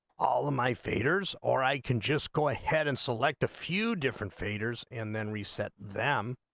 all my faders or i can just go ahead and selector few different faders and then reset them